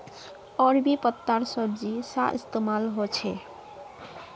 अरबी पत्तार सब्जी सा इस्तेमाल होछे